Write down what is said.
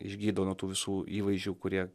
išgydo nuo tų visų įvaizdžių kurie